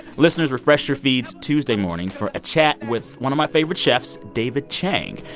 listeners, refresh your feeds tuesday morning for a chat with one of my favorite chefs, david chang.